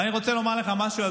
ואני רוצה לומר לך משהו,